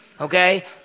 Okay